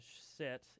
set